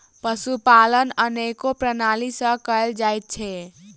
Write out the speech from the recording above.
पशुपालन अनेको प्रणाली सॅ कयल जाइत छै